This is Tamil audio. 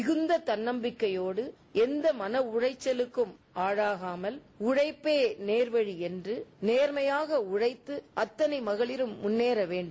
மிகுந்த தன்னம்பிக்கையோடு எந்த மன உளைச்சலுக்கும் ஆளாகாமல் உழைப்பே நேர்வழி என்று நேர்மையாக உழைத்து அத்தனை மகளிரும் முன்னேற வேண்டும்